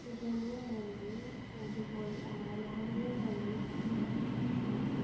পূজনীয় মন্দিৰ যোনটো হ'ল আমাৰ মহাভৈৰৱ মন্দিৰ তাতে